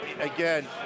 again